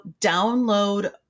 download